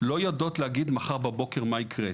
לא יודעות להגיד מחר בבוקר מה יקרה.